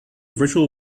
virtual